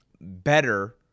better